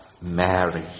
Mary